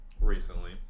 recently